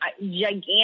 gigantic